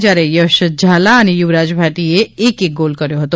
જયારે યશ ઝાલા અને યુવરાજ ભાટીએ એક એક ગોલ કર્યો હતો